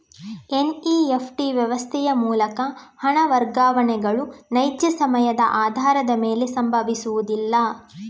NEFT ವ್ಯವಸ್ಥೆಯ ಮೂಲಕ ಹಣ ವರ್ಗಾವಣೆಗಳು ನೈಜ ಸಮಯದ ಆಧಾರದ ಮೇಲೆ ಸಂಭವಿಸುವುದಿಲ್ಲ